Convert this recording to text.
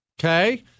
Okay